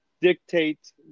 dictate